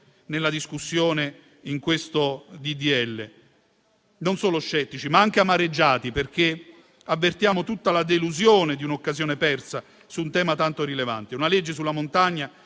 nella discussione di questo disegno di legge: non solo scettici, ma anche amareggiati, perché avvertiamo tutta la delusione di un'occasione persa su un tema tanto rilevante. Una legge sulla montagna